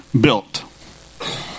built